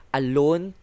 alone